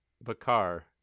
Bakar